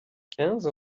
quinze